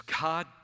God